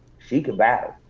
she could battle.